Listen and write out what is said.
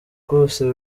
rwose